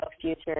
future